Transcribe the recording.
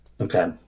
Okay